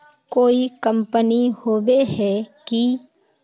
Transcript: कोई कंपनी होबे है की?